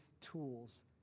tools